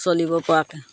চলিব পৰাকৈ